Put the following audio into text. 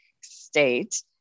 state